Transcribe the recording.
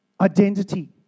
identity